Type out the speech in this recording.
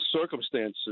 circumstances